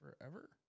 forever